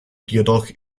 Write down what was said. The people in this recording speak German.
jedoch